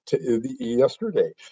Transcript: yesterday